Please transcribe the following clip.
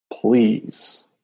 please